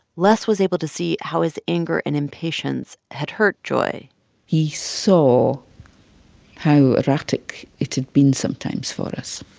les was able to see how his anger and impatience had hurt joy he saw how erratic it had been sometimes for us,